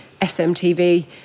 SMTV